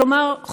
כלומר,